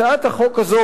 הצעת החוק הזו,